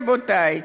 רבותי,